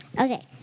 okay